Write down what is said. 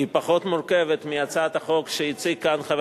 היא פחות מורכבת מהצעת החוק שהציג כאן חבר